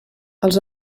els